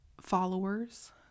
followers